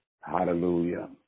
Hallelujah